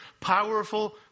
powerful